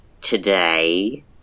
today